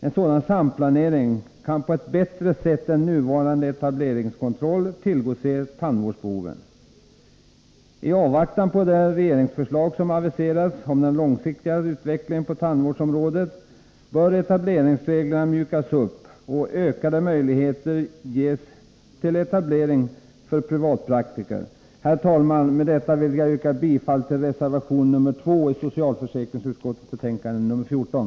En sådan samplanering kan på ett bättre sätt än nuvarande etableringskontroll tillgodose tandvårdsbehoven. I avvaktan på det regeringsförslag som aviserats om den långsiktiga utvecklingen på tandvårdsområdet bör etableringsreglerna mjukas upp och ökade möjligheter ges till etablering för privatpraktiker. Herr talman! Med detta yrkar jag bifall till reservation 2 i socialförsäkringsutskottets betänkande 14.